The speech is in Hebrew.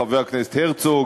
חבר הכנסת הרצוג,